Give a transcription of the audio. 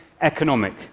economic